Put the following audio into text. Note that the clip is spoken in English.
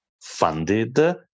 funded